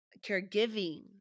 caregiving